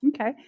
Okay